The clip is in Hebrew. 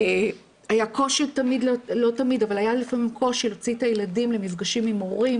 היה קושי לפעמים להוציא את הילדים למפגשים עם הורים